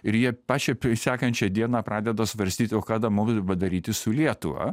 ir jie pačią p sekančią dieną pradeda svarstyti o ką dabar mum daryti su lietuva